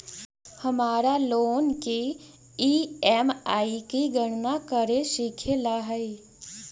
हमारा लोन की ई.एम.आई की गणना करे सीखे ला हई